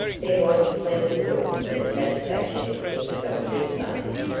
there was a pleasant look of satisfaction in the doctor's face,